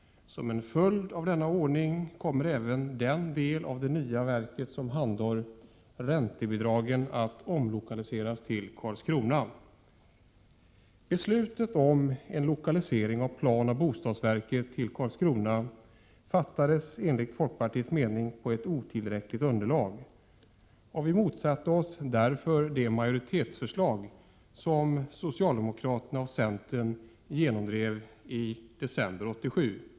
Som en följd av denna ordning kommer även den del av det nya verket som handhar räntebidragen att omlokaliseras till Karlskrona. Beslutet om en lokalisering av planoch bostadsverket till Karlskrona fattades enligt folkpartiets mening på ett otillräckligt underlag, och vi i folkpartiet motsatte oss därför de majoritetsförslag som socialdemokraterna och centern genomdrev i december 1987.